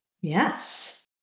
yes